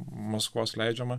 maskvos leidžiamą